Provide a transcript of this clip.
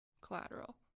collateral